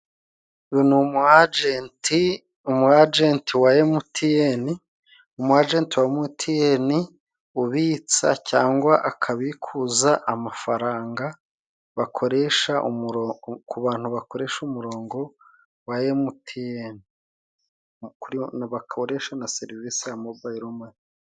Uyu ni umu agenti umu agenti wa emutiyeni, umu agenti wa emutiyeni ubitsa cyangwa akabikuza amafaranga. Bakoresha ku bantu bakoresha umurongo wa emutiyeni, bakoresha na serivisi ya mobayiromani.